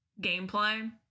gameplay